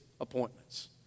appointments